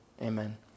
Amen